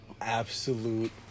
absolute